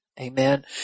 Amen